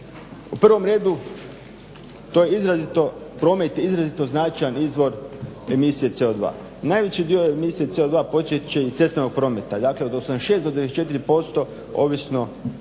izrazito, promet je izrazito značajan izvor emisije CO2. Najveći dio emisije CO2 potiče iz cestovnog prometa, dakle od 86 do 94% ovisno